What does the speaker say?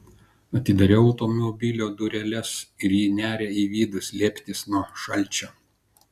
atidarau automobilio dureles ir ji neria į vidų slėptis nuo šalčio